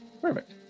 Perfect